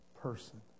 person